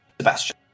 Sebastian